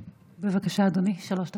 בבקשה, אדוני, שלוש דקות.